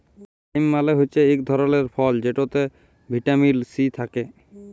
lime মালে হচ্যে ইক ধরলের ফল যেটতে ভিটামিল সি থ্যাকে